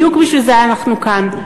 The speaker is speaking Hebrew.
בדיוק בשביל זה אנחנו כאן,